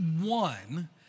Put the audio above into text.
one